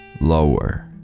lower